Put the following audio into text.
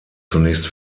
zunächst